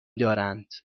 دارند